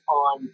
on